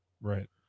right